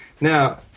Now